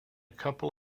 couple